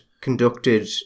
conducted